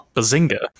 Bazinga